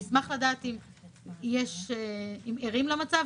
אני אשמח לדעת אם ערים למצב,